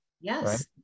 Yes